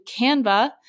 Canva